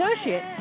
Associate